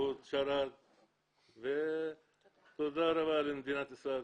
הוא שירת ותודה רבה למדינת ישראל.